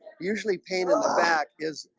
usually pain on the back is